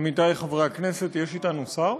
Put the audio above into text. עמיתי חברי הכנסת יש אתנו שר?